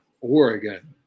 oregon